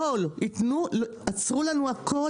לא, עצרו לנו הכל.